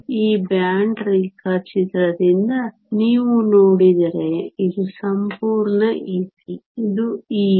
ಈ ಬ್ಯಾಂಡ್ ರೇಖಾಚಿತ್ರದಿಂದ ನೀವು ನೋಡಿದರೆ ಇದು ಸಂಪೂರ್ಣ Ec ಇದು Ev